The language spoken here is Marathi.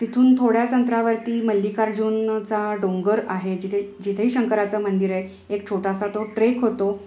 तिथून थोड्याच अंतरावरती मल्लिकार्जूनचा डोंगर आहे जिथे जिथेही शंकराचं मंदिर आहे एक छोटासा तो ट्रेक होतो